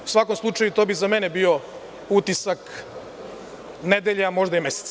U svakom slučaju, to bi za mene bio utisak nedelje, a možda i meseca.